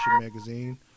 Magazine